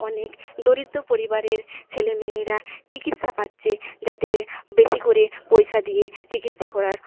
অনেক দরিদ্র পরিবারের ছেলে মেয়েরা চিকিৎসা পাচ্ছে যাদের বেশি করে পয়সা দিয়ে চিকিৎসা করার